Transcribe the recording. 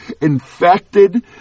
infected